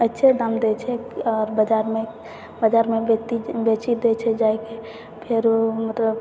अच्छे दाम दै छै आओर बजारमे बेचि दै छै जाहिके फेरो मतलब